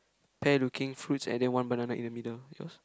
pear looking fruits and then one banana in the middle yours